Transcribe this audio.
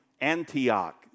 Antioch